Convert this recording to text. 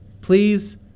please